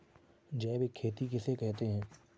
जैविक खेती किसे कहते हैं?